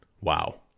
Wow